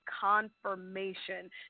confirmation